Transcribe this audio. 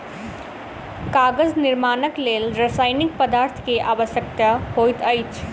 कागज निर्माणक लेल रासायनिक पदार्थ के आवश्यकता होइत अछि